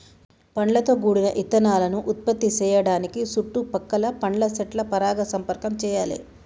పండ్లతో గూడిన ఇత్తనాలను ఉత్పత్తి సేయడానికి సుట్టు పక్కల పండ్ల సెట్ల పరాగ సంపర్కం చెయ్యాలే